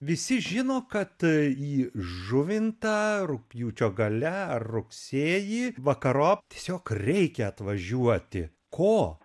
visi žino kad į žuvintą rugpjūčio gale ar rugsėjį vakarop tiesiog reikia atvažiuoti ko